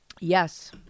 Yes